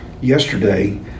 yesterday